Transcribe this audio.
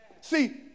See